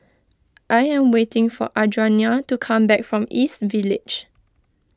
I am waiting for Adriana to come back from East Village